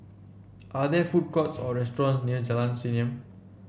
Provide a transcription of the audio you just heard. are there food courts or restaurants near Jalan Senyum